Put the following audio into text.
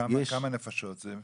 כמה נפשות זה?